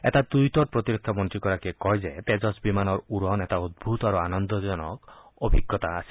এটা টুইটত প্ৰতিৰক্ষা মন্ৰীগৰাকীয়ে কয় যে তেজস বিমানৰ উৰণ এটা অভূত আৰু আনন্দজনক অভিজ্ঞতা আছিল